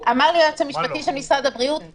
לאנשים שהם שומרי חוק זה לא מצחיק.